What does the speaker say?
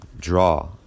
draw